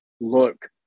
look